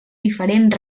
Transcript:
diferent